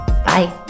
Bye